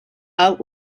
out